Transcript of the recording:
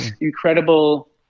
incredible